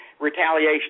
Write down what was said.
retaliation